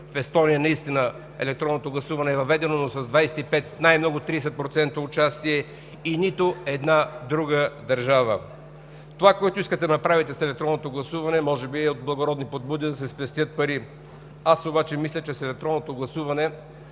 в Естония наистина електронното гласуване е въведено, но с 25, най-много 30% участие, и нито една друга държава. Това, което искате да направите с електронното гласуване, може би е от благородни подбуди да се спестят пари. Аз обаче мисля, че с електронното гласуване